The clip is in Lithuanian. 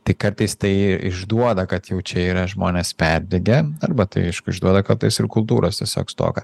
tai kartais tai išduoda kad jau čia yra žmonės perdegę arba tai išduoda kartais ir kultūros tiesiog stoką